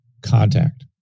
contact